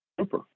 Super